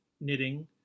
knitting